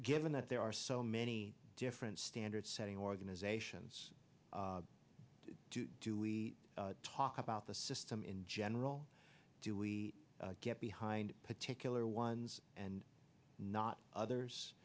given that there are so many different standard setting organizations do we talk about the system in general do we get behind particular ones and not others